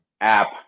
app